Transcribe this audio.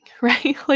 right